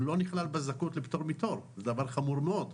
הוא לא נכלל בזכאות לפטור מתור, זה דבר חמור מאוד.